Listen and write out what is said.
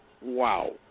wow